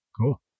Cool